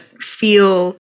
feel